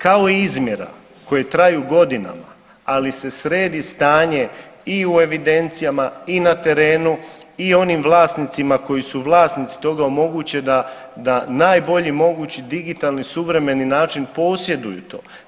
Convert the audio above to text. Kao i izmjera koje traju godinama, ali se sredi stanje i u evidencijama i na terenu i onim vlasnicima koji su vlasnici toga omoguće da najbolji mogući digitalni, suvremeni način posjeduju to.